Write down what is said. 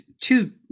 two